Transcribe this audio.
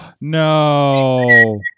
No